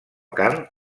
carn